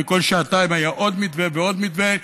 וכל שעתיים היה עוד מתווה ועוד מתווה.